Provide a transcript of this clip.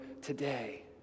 today